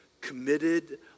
committed